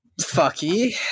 fucky